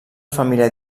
família